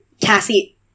Cassie –